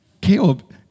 Caleb